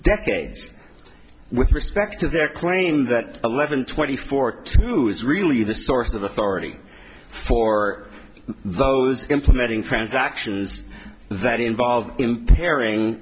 decades with respect to their claim that eleven twenty four to you is really the source of authority for those implementing transactions that involve impairing